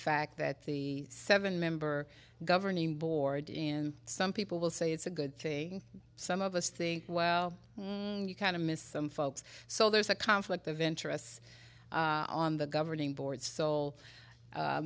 fact that the seven member governing board in some people will say it's a good thing some of us think well you kind of missed some folks so there's a conflict of interests on the governing board so